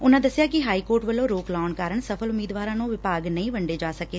ਉਨਾਂ ਦਸਿਆ ਕਿ ਹਾਈ ਕੋਰਟ ਵੱਲੋਂ ਰੋਕ ਲਾਉਣ ਕਾਰਨ ਸਫ਼ਲ ਉਮੀਦਵਾਰਾਂ ਨੂੰ ਵਿਭਾਗ ਨਹੀਂ ਵੰਡੇ ਜਾ ਸਕੇ